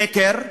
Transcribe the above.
שקר.